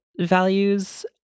values